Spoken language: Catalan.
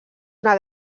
una